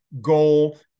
goal